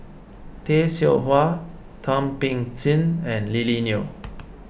Tay Seow Huah Thum Ping Tjin and Lily Neo